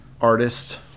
artist